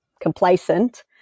complacent